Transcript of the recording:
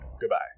Goodbye